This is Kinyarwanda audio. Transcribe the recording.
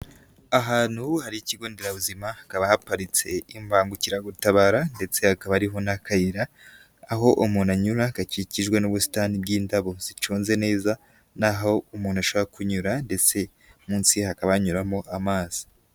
Ahantu hari ikigo nderabuzima hakaba haparitse imbangukiragutabara ndetse hakaba hariho n'akayira aho umuntu anyura gakikijwe n'ubusitani bw'indabo zicunze neza n'aho umuntu ashaka kunyura ndetse munsi hakaba hanyuramo amazi.